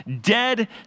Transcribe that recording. dead